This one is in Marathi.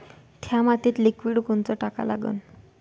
थ्या मातीत लिक्विड कोनचं टाका लागन?